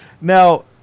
Now